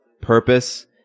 purpose